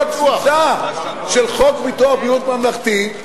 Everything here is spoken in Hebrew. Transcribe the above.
כל התפיסה של חוק ביטוח בריאות ממלכתי,